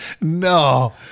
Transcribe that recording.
No